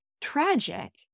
tragic